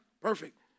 perfect